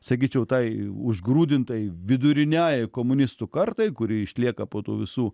sakyčiau tai užgrūdintai viduriniajai komunistų kartai kuri išlieka po tų visų